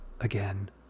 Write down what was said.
again